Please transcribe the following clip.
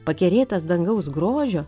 pakerėtas dangaus grožio